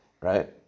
right